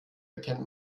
erkennt